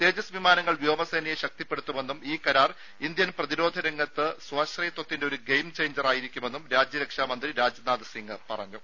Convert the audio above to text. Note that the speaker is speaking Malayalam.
തേജസ് വിമാനങ്ങൾ വ്യോമസേനയെ ശക്തിപ്പെടുത്തുമെന്നും ഈ കരാർ ഇന്ത്യൻ പ്രതിരോധ നിർമാണ രംഗത്ത് സ്വാശ്രയത്ത്വത്തിന്റെ ഒരു ഗെയിം ചെയിഞ്ചറായിരിക്കുമെന്നും രാജ്യരക്ഷാ മന്ത്രി രാജ്നാഥ് സിംഗ് പറഞ്ഞു